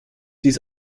dies